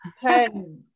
ten